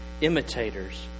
imitators